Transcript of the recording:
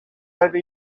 over